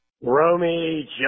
Romy